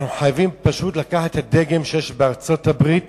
אנחנו חייבים פשוט לקחת את הדגם שיש בארצות-הברית